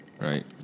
Right